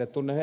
tunnen ed